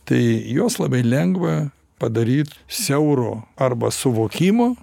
tai juos labai lengva padaryt siauro arba suvokimo